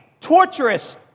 torturous